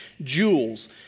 jewels